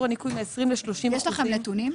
הניכוי מ-20% ל-30% --- יש לכם נתונים?